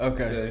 Okay